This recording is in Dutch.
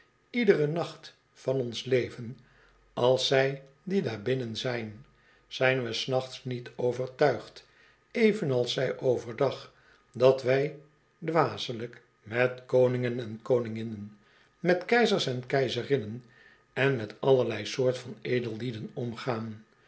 iederen nacht van ons leven als zij die daarbinnen zijn zijn we s nachts niet overtuigd evenals zij over dag dat wij dwaselijk met koningen en koninginnen met keizers en keizerinnen en met allerlei soort van edellieden omgaan